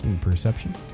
Perception